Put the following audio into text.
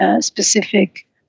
specific